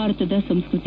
ಭಾರತದ ಸಂಸ್ಕೃತಿ